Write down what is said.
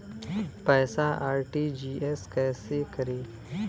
पैसा आर.टी.जी.एस कैसे करी?